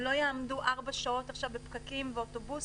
הם לא יעמדו ארבע שעות בפקקים באוטובוסים,